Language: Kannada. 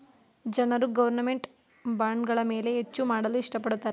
ಜನರು ಗೌರ್ನಮೆಂಟ್ ಬಾಂಡ್ಗಳ ಮೇಲೆ ಹೆಚ್ಚು ಮಾಡಲು ಇಷ್ಟ ಪಡುತ್ತಾರೆ